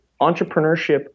entrepreneurship